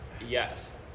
Yes